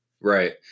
Right